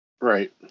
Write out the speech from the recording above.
Right